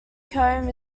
comb